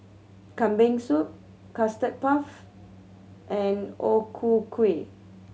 Kambing Soup Custard Puff and O Ku Kueh